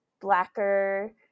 blacker